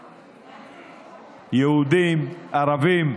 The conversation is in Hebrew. יהודים, ערבים,